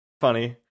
Funny